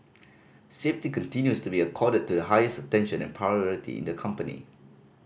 safety continues to be accorded to the highest attention and priority in the company